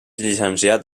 llicenciat